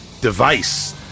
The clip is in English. device